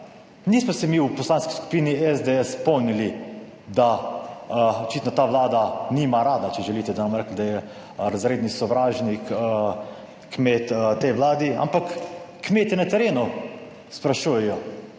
nismo se mi v Poslanski skupini SDS spomnili, da očitno ta Vlada nima rada, če želite, da ne bom rekel, da je razredni sovražnik kmet tej Vladi, ampak kmetje na terenu sprašujejo,